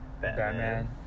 Batman